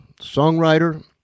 songwriter